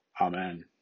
Amen